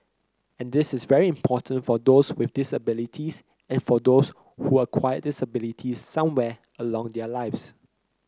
and this is very important for those with disabilities and for those who acquire disabilities somewhere along their lives